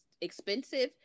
expensive